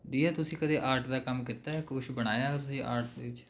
ਦੀਆ ਤੁਸੀਂ ਕਦੇ ਆਰਟ ਦਾ ਕੰਮ ਕੀਤਾ ਹੈ ਕੁਛ ਬਣਾਇਆ ਤੁਸੀਂ ਆਰਟ ਦੇ ਵਿੱਚ